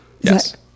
Yes